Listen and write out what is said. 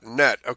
net